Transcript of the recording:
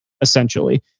essentially